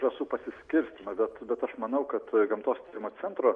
žąsų pasiskirstymą bet bet aš manau kad gamtos tyrimo centro